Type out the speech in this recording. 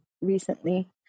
recently